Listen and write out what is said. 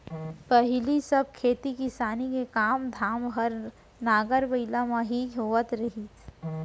पहिली सब खेती किसानी के काम धाम हर नांगर बइला म ही होवत रहिस हे